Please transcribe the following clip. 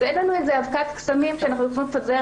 ואין לנו איזו אבקת קסמים שאנחנו יכולים לפזר